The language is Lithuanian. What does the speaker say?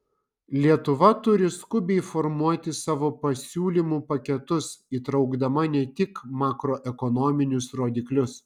lietuva turi skubiai formuoti savo pasiūlymų paketus įtraukdama ne tik makroekonominius rodiklius